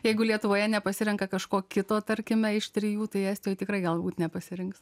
jeigu lietuvoje nepasirenka kažko kito tarkime iš trijų tai estijoj tikrai galbūt nepasirinks